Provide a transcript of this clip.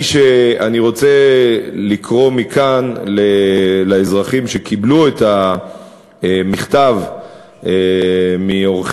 אני רוצה לקרוא מכאן לאזרחים שקיבלו את המכתב מעורכי-הדין,